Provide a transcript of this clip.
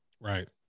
Right